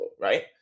right